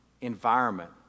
environment